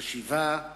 חשיבה,